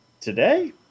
today